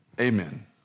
Amen